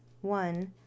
One